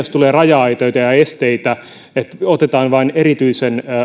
jos tulee raja aitoja ja ja esteitä että otetaan vain erityisen